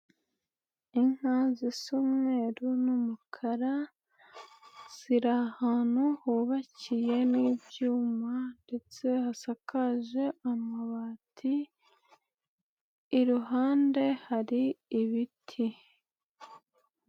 Inka zisa umweruru n'umukara, ziri ahantu hubakiye n'ibyuma ndetse hasakaje amabati, iruhande hari ibiti.